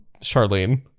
Charlene